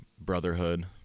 Brotherhood